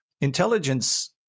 Intelligence